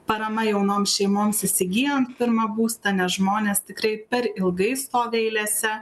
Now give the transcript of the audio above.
parama jaunoms šeimoms įsigyjant pirmą būstą nes žmonės tikrai per ilgai stovi eilėse